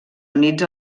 units